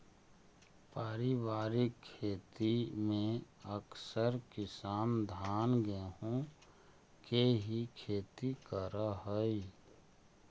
पारिवारिक खेती में अकसर किसान धान गेहूँ के ही खेती करऽ हइ